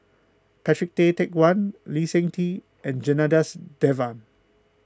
Patrick Tay Teck Guan Lee Seng Tee and Janadas Devan